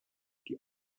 die